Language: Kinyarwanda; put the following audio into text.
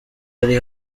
ari